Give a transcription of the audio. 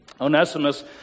Onesimus